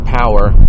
power